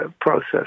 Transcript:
process